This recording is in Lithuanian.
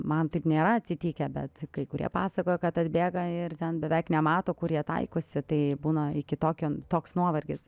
man taip nėra atsitikę bet kai kurie pasakojo kad atbėga ir ten beveik nemato kur jie taikosi tai būna iki tokio toks nuovargis